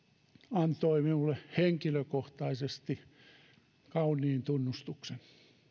antoi minulle henkilökohtaisesti kauniin tunnustuksen